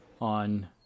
on